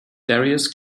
darius